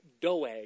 Doeg